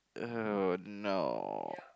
oh no